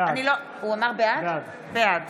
בעד